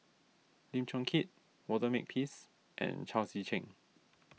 Lim Chong Keat Walter Makepeace and Chao Tzee Cheng